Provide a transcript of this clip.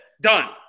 Done